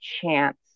chance